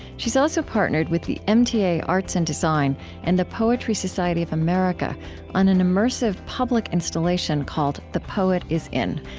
she's also partnered with the mta arts and design and the poetry society of america on an immersive public installation called the poet is in,